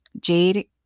Jade